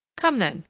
come, then,